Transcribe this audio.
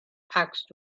asked